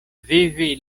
vivi